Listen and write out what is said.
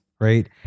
right